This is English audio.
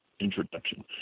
introduction